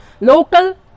local